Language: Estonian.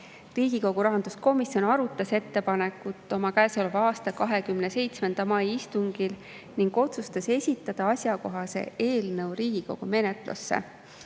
Riigikogu rahanduskomisjon arutas ettepanekut oma käesoleva aasta 27. mai istungil ning otsustas esitada asjakohase eelnõu Riigikogu menetlusse.